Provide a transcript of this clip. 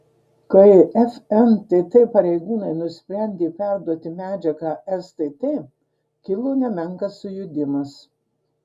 kai fntt pareigūnai nusprendė perduoti medžiagą stt kilo nemenkas sujudimas